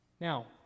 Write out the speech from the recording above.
Now